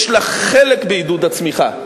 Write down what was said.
יש לה חלק בעידוד הצמיחה,